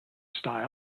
style